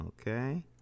Okay